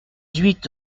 huit